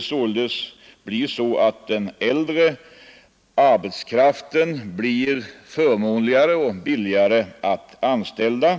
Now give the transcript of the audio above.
således den äldre arbetskraften bli förmånligare och billigare att anställa.